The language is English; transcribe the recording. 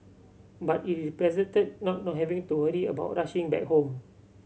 but it represented not not having to worry about rushing back home